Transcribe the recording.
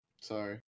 Sorry